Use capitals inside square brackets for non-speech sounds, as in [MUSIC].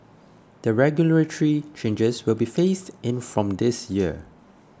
the regulatory changes will be phased in from this [NOISE] year